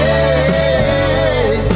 Hey